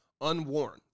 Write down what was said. Unworn